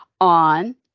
on